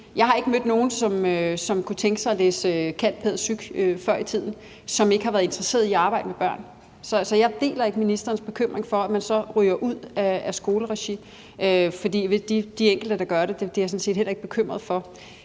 før i tiden mødt nogen, som kunne tænke sig at læse til cand.pæd.psyk., som ikke har været interesseret i at arbejde med børn. Så jeg deler ikke ministerens bekymring for, at man så ryger ud af skoleregi. De enkelte, der gør det, er jeg sådan set heller ikke bekymret for.